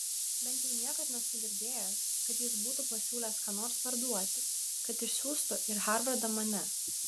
bent jau niekad nesu girdėjęs kad jis būtų pasiūlęs ką nors parduoti kad išsiųstų į harvardą mane